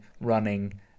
running